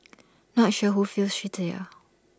not sure who feels shittier